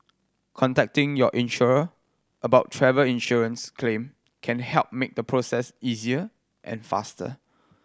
contacting your insurer about travel insurance claim can help make the process easier and faster